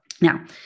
Now